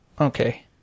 Okay